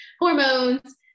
hormones